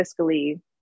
fiscally